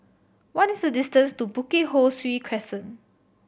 what is the distance to Bukit Ho Swee Crescent